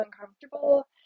uncomfortable